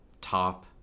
top